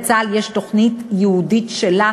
לצה"ל יש תוכנית ייעודית שלו,